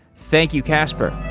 thank you, casper.